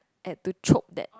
and to chalk that